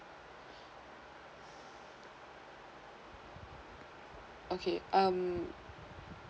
okay um